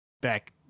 back